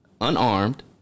unarmed